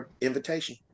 invitation